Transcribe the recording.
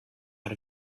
out